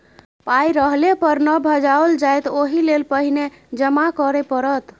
पाय रहले पर न भंजाओल जाएत ओहिलेल पहिने जमा करय पड़त